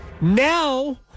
Now